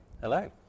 Hello